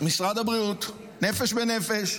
משרד הבריאות, "נפש בנפש",